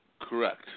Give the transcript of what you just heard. correct